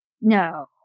no